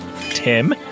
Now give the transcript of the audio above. Tim